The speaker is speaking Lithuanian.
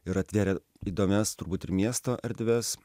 ir atvėrė įdomias turbūt ir miesto erdves